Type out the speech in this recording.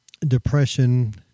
Depression